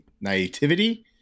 naivety